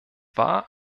war